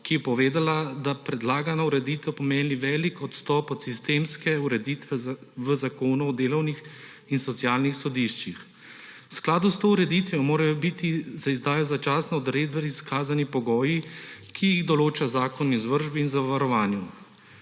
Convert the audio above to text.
ki je povedala, da predlagana ureditev pomeni velik odstop od sistemske ureditve v Zakonu o delovnih in socialnih sodiščih. V skladu s to ureditvijo morajo biti za izdajo začasne odredbe izkazani pogoji, ki jih določa Zakon o izvršbi in zavarovanju.